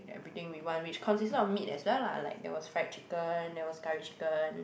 get everything we want which consists of meat as well lah like there was fried chicken there was curry chicken